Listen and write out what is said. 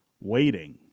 waiting